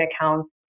accounts